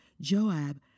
Joab